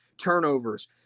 turnovers